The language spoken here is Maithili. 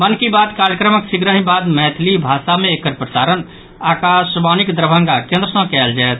मन की बात कार्यक्रमक शीघ्रहि बाद मैथिली भाषा मे एकर प्रसारण आकाशवाणीक दरभंगा केंद्र सँ कयल जायत